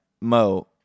Mo